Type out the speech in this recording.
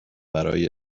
برای